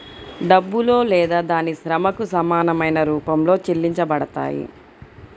డబ్బులో లేదా దాని శ్రమకు సమానమైన రూపంలో చెల్లించబడతాయి